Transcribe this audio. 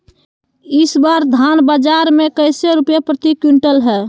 इस बार धान बाजार मे कैसे रुपए प्रति क्विंटल है?